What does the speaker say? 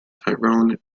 tyrone